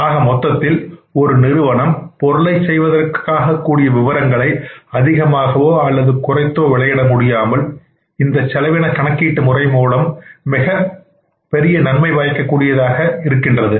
ஆக மொத்தத்தில் ஒரு நிறுவனம் பொருளை செய்வதற்காக கூடிய விவரங்களை அதிகமாகவோ அல்லது குறைத்தோ விலையிட முடியாமல் இந்த செலவிலன கணக்கீட்டு முறை மிகப் பெரிய நன்மையை பயக்க கூடியதாக இருக்கிறது